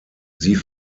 sie